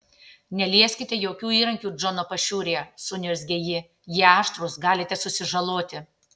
nelieskite jokių įrankių džono pašiūrėje suniurzgė ji jie aštrūs galite susižaloti